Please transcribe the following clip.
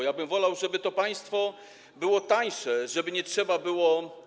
Ja bym wolał, żeby to państwo było tańsze, żeby nie trzeba było.